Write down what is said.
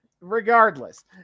Regardless